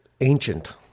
Ancient